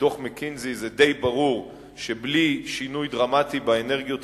שבדוח "מקינזי" זה די ברור שבלי שינוי דרמטי באנרגיות